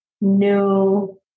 new